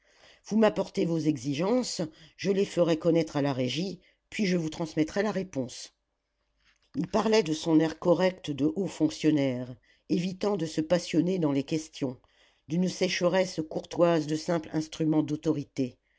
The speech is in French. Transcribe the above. vous m'apportez vos exigences je les ferai connaître à la régie puis je vous transmettrai la réponse il parlait de son air correct de haut fonctionnaire évitant de se passionner dans les questions d'une sécheresse courtoise de simple instrument d'autorité